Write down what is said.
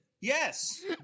Yes